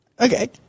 Okay